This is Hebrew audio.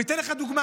אני אתן לך דוגמה: